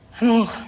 Amour